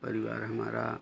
परिवार हमारा